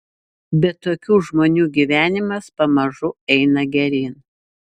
bet tokių žmonių gyvenimas pamažu eina geryn